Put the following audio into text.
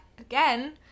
again